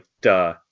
duh